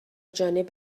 جانب